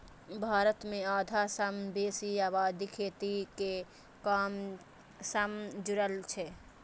भारत मे आधा सं बेसी आबादी खेती के काम सं जुड़ल छै